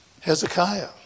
Hezekiah